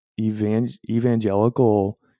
evangelical